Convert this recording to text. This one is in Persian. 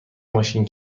ماشین